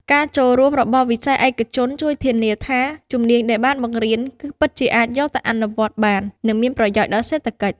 ការចូលរួមរបស់វិស័យឯកជនជួយធានាថាជំនាញដែលបានបង្រៀនគឺពិតជាអាចយកទៅអនុវត្តបាន និងមានប្រយោជន៍ដល់សេដ្ឋកិច្ច។